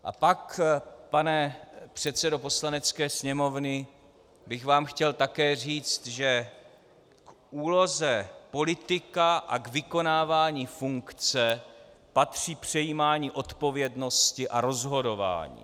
A pak, pane předsedo Poslanecké sněmovny, bych vám chtěl také říct, že k úloze politika a k vykonávání funkce patří přejímání odpovědnosti a rozhodování.